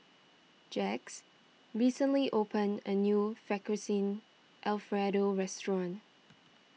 Jacques recently opened a new Fettuccine Alfredo restaurant